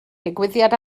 digwyddiad